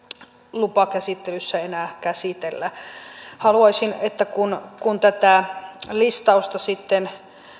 lupakäsittelyssä enää käsitellä haluaisin että kun kun tätä listausta sitten